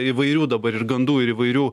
įvairių dabar ir gandų ir įvairių